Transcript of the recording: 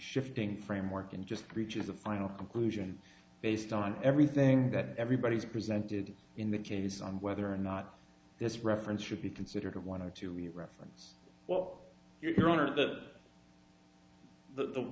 shifting framework and just reaches a final conclusion based on everything that everybody's presented in the case on whether or not this reference should be considered a one or two we reference well your honor the the